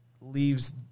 leaves